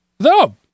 No